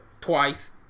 twice